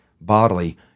bodily